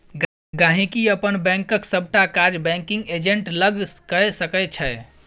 गांहिकी अपन बैंकक सबटा काज बैंकिग एजेंट लग कए सकै छै